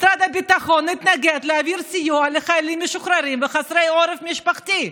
משרד הביטחון מתנגד להעביר סיוע לחיילים משוחררים וחסרי עורף משפחתי.